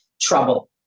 trouble